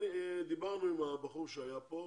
דיברנו עם הבחור שהיה פה,